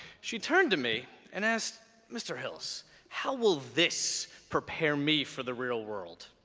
she turned to me and asked mr. hills how will this prepare me for the real world?